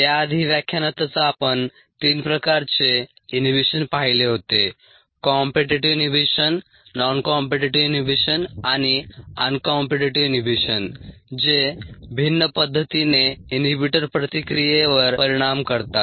त्याआधी व्याख्यानातच आपण तीन प्रकारचे इनहिबिशन पाहिले होते competitive inhibition non competitive inhibition आणि अनकॉम्पीटीटीव्ह इनहिबिशन जे भिन्न पद्धतीने इनहिबीटर प्रतिक्रियेवर परिणाम करतात